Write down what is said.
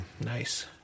Nice